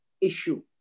issue